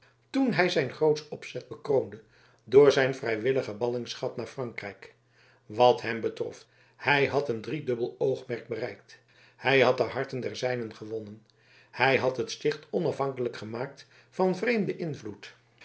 toen hij zijn grootsch opzet bekroonde door zijn vrijwillige ballingschap naar frankrijk wat hem betrof hij had een driedubbel oogmerk bereikt hij had de harten der zijnen gewonnen hij had het sticht onafhankelijk gemaakt van vreemden invloed